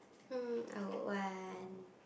um I would want